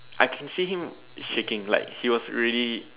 I can seen him shaking like he was really